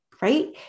right